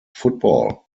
football